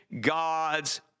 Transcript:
God's